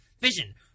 vision